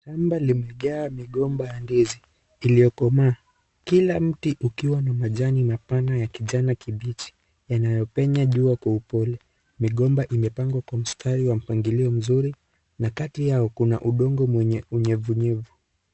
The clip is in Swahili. Shamba limejaa migomba ya ndizi iliyokomaa, kila mti ukiwa na majani mapana ya kijani kibichi yanayo penya jua kwa upole, migomba imepangwa kwa msatari wa mpangiliwa mzuri na kati yao kuna undogo mwenye unyevunyevu.